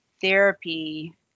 therapy